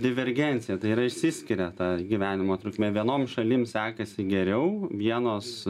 divergencija tai yra išsiskiria ta gyvenimo trukmė vienoms šalims sekasi geriau vienos